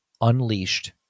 unleashed